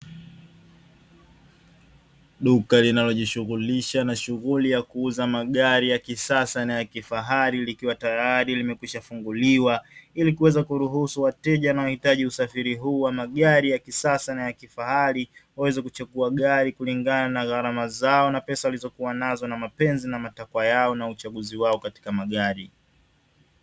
Duka linalojishughulisha na shughuli ya kuuza magari ya kisasa na ya kifahari likiwa tayari limekwisha funguliwa, ili kuweza kuruhusu wateja wanaohitaji usafiri huu wa magari ya kisasa na ya kifahari waweze kuchukua gari kulingana na gharama zao na pesa walizokuwa nazo na mapenzi na matakwa yao na uchaguzi wao katika magari.